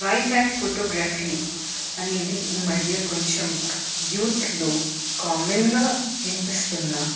wildlife photography అనేది ఈ మధ్య కొంచెం యూత్లో కామన్గా వినిపిస్తున్న